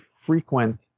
frequent